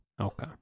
Okay